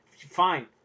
Fine